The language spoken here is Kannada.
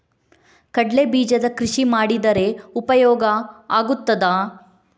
ಕಡ್ಲೆ ಬೀಜದ ಕೃಷಿ ಮಾಡಿದರೆ ಉಪಯೋಗ ಆಗುತ್ತದಾ?